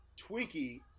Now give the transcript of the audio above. Twinkie